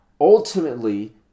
ultimately